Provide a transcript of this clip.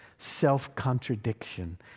self-contradiction